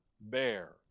bear